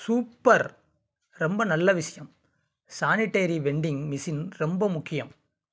super ரொம்ப நல்ல விஷயம் சானிடரி வெண்டிங் மெஷின் ரொம்ப முக்கியம்